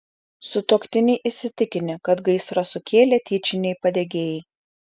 sutuoktiniai įsitikinę kad gaisrą sukėlė tyčiniai padegėjai